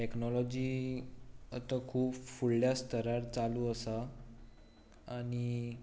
technology आतां खूब फुडल्या स्थरार चालू आसा आनी